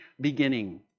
beginning